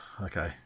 okay